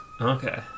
Okay